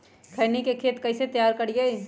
खैनी के खेत कइसे तैयार करिए?